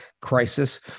crisis